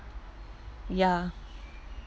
ya